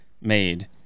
made